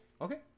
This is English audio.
Okay